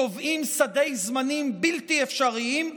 קובעים סדי זמנים בלתי אפשריים,